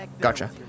gotcha